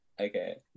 Okay